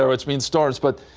so its main stars but.